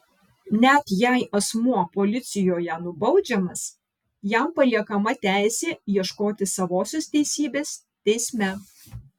net jei asmuo policijoje nubaudžiamas jam paliekama teisė ieškoti savosios teisybės teisme